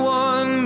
one